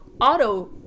auto